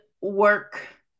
work